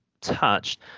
touched